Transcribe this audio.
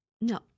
No